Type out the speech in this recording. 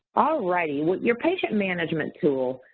alrighty, with your patient management tool,